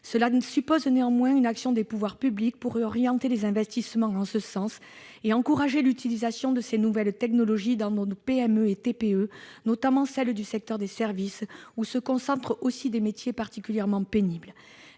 Cela suppose néanmoins une action des pouvoirs publics pour orienter les investissements en ce sens et encourager l'utilisation de ces nouvelles technologies dans nos PME et TPE, notamment celles du secteur des services, qui concentre des métiers particulièrement pénibles.